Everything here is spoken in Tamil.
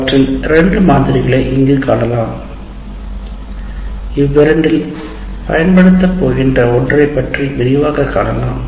அவற்றில் குறிப்பிடுவோம் இவ்விரண்டில் ஒன்றை பயன்படுத்த போகிறோம்